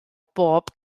bob